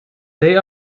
they